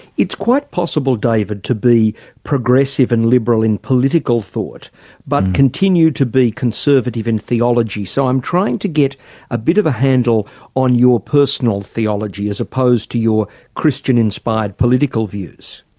it's quite possible david to be progressive and liberal in political thought but continue to be conservative in theology. so i'm trying to get a bit of a handle on your personal theology as opposed to your christian-inspired political views.